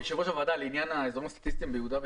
לעניין האזורים הסטטיסטיים ביהודה ושומרון,